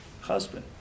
husband